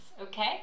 okay